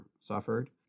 suffered